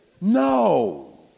No